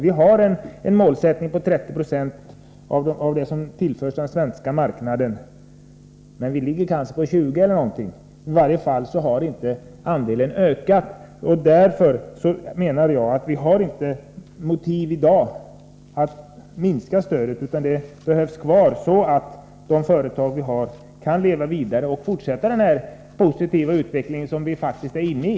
Vi har en målsättning på 30 26 av det som tillförs den svenska marknaden, men vi ligger kanske på 20 96 eller någonting sådant. I varje fall har andelen inte ökat. Därför anser jag att det i dag inte finns motiv för att minska stödet, utan det bör vara kvar, så att de företag vi har kan leva vidare och fortsätta den positiva utveckling som vi faktiskt är inne i.